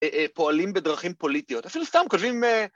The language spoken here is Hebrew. ‫פועלים בדרכים פוליטיות. ‫אפילו סתם כותבים...